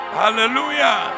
hallelujah